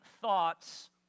thoughts